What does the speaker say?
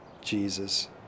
Jesus